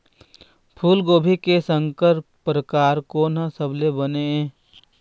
फूलगोभी के संकर परकार कोन हर सबले बने ये?